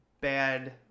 bad